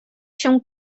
się